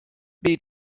byd